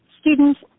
students